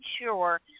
sure